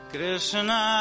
Krishna